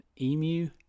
emu